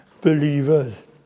believers